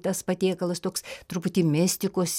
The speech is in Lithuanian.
tas patiekalas toks truputį mistikos